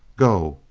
go,